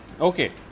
Okay